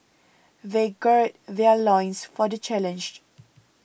they gird their loins for the challenge